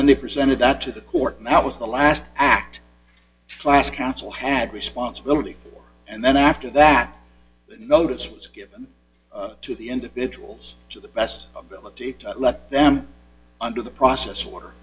then they presented that to the court and that was the last act class council had responsibility and then after that the notice was given to the individuals to the best ability to let them under the process